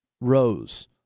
Rose